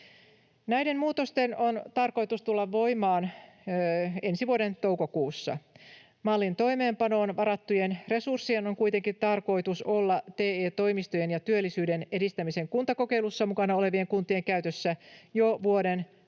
Näiden muutosten on tarkoitus tulla voimaan ensi vuoden toukokuussa. Mallin toimeenpanoon varattujen resurssien on kuitenkin tarkoitus olla TE-toimistojen ja työllisyyden edistämisen kuntakokeilussa mukana olevien kuntien käytössä jo vuoden 2022